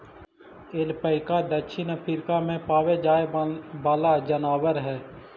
alpaca दक्षिण Africa में पावे जाए वाला जनावर हई